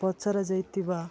ପଚରା ଯାଇଥିବା